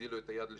הגדילו אותו ל-30%,